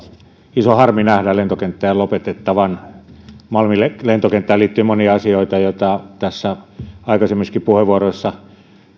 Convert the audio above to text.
iso harmi nähdä lentokenttää lopetettavan malmin lentokenttään liittyy monia asioita joita tässä aikaisemmissakin puheenvuoroissa